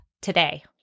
today